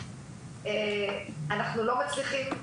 אנחנו לא מצליחים,